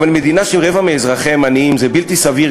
אבל מדינה שרבע מאזרחיה הם עניים זה בלתי סביר,